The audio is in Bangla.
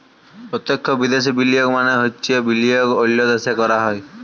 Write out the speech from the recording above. পত্যক্ষ বিদ্যাশি বিলিয়গ মালে হছে যে বিলিয়গ অল্য দ্যাশে ক্যরা হ্যয়